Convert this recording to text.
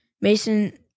Mason